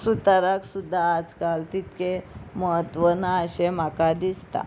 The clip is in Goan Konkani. सुताराक सुद्दां आज काल तितके म्हत्व ना अशें म्हाका दिसता